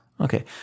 Okay